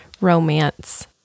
romance